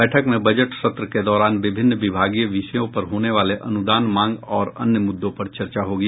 बैठक में बजट सत्र के दौरान विभिन्न विभागीय विषयों पर होने वाले अनुदान मांग और अन्य मुद्दों पर चर्चा होगी